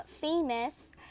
famous